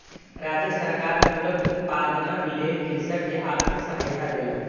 राज्य सरकार तूरक उत्पादनक लेल कृषक के आर्थिक सहायता देलक